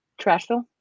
Trashville